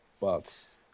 Bucks